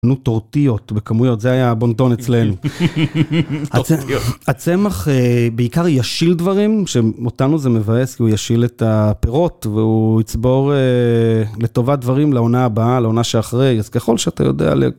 נו טורטיות בכמויות זה היה הבונטון אצלנו הצמח בעיקר ישיל דברים שאותנו זה מבאס כי הוא ישיל את הפירות והוא יצבור לטובה דברים לעונה הבאה לעונה שאחרי אז ככל שאתה יודע